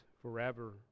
forever